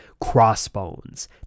Crossbones